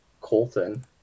Colton